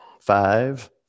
Five